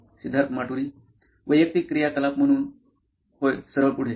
सिद्धार्थ माटुरी मुख्य कार्यकारी अधिकारी नॉइन इलेक्ट्रॉनिक्स वैयक्तिक क्रियाकलाप म्हणून होय सरळ पुढे